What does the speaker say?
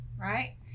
right